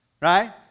right